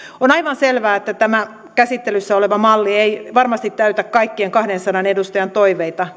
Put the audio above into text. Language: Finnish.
on aivan selvää että tämä käsittelyssä oleva malli ei varmasti täytä kaikkien kahdensadan edustajan toiveita